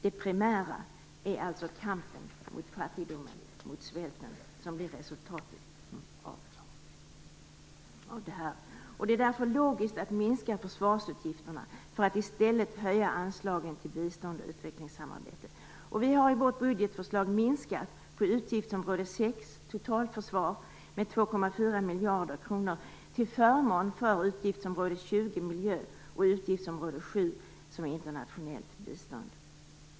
Det primära är alltså kampen mot fattigdomen och mot den svält som blir resultatet av detta. Det är därför logiskt att minska försvarsutgifterna för att i stället höja anslagen till bistånd och utvecklingssamarbete. Vi har i vårt budgetförslag minskat på utgiftsområde 6, totalförsvar, med 2,4 miljarder kronor till förmån för utgiftsområde 20, miljö, och utgiftsområde 7, som är internationellt bistånd.